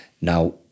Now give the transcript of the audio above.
now